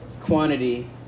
quantity